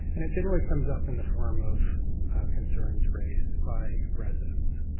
and it generally comes up in the form of concerns raised by residents.